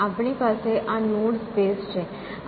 આપણી પાસે આ નોડ સ્પેસ છે